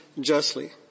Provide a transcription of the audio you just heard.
justly